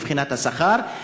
מבחינת השכר.